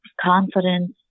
confidence